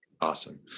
Awesome